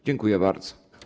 Dziękuję bardzo.